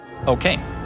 Okay